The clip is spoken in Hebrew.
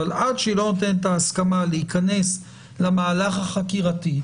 אבל עד שהיא לא נותנת את ההסכמה להיכנס למהלך החקירתי,